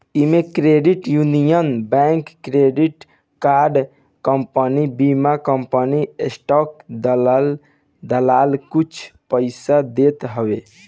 इमे credit union bank, credit card company, बीमा company, stock दलाल कुल पइसा देत हवे